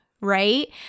right